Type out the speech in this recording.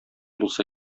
булса